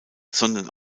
sondern